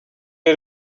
had